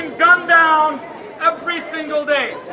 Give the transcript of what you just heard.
and down every single day